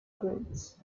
grades